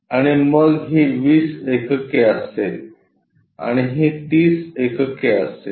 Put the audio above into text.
आणि मग ही 20 एकके असेल आणि ही 30 एकके असेल